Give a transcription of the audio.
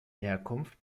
herkunft